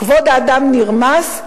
כבוד האדם נרמס,